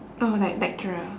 oh like lecturer